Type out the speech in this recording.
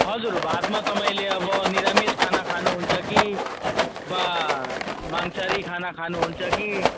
हजुर भातमा तपाईँले अब निरामिस खाना खानुहुन्छ कि वा मांसाहारी खाना खानुहुन्छ कि अब